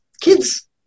kids